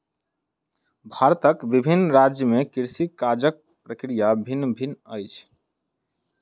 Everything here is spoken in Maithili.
भारतक विभिन्न राज्य में कृषि काजक प्रक्रिया भिन्न भिन्न अछि